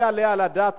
לא יעלה על הדעת.